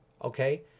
okay